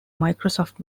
microsoft